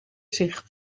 zich